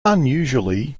unusually